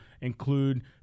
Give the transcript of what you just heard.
include